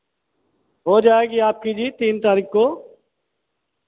हो जाएगी जी आपकी जी तीन तारीख को